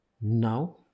Now